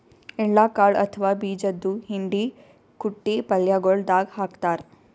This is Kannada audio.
ಎಳ್ಳ ಕಾಳ್ ಅಥವಾ ಬೀಜದ್ದು ಹಿಂಡಿ ಕುಟ್ಟಿ ಪಲ್ಯಗೊಳ್ ದಾಗ್ ಹಾಕ್ತಾರ್